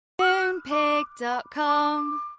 Moonpig.com